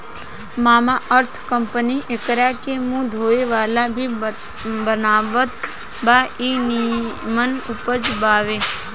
Mamaearth company एकरा से मुंह धोए वाला भी बनावत बा इ निमन उपज बावे